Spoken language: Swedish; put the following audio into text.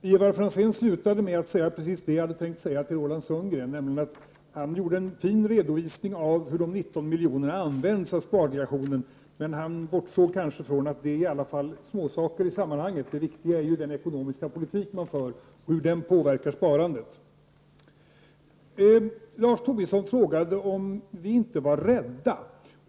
Herr talman! Ivar Franzén slutade med att säga precis det jag hade tänkt säga till Roland Sundgren, nämligen att han gjorde en fin redovisning av hur de 19 miljonerna används av spardelegationen, men han bortsåg kanske från att det i alla fall är småsaker i sammanhanget; det viktiga är ju den ekonomiska politik man för och hur denna påverkar sparandet. Lars Tobisson frågade om vi inte är rädda.